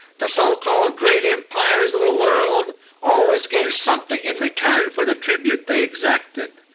the so-called great empires of the world always gave something in return for the tribute they exacted.